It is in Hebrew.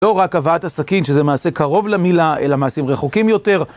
לא רק הבאת הסכין, שזה מעשה קרוב למילה, אלא מעשים רחוקים יותר.